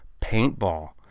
Paintball